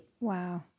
Wow